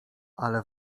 ale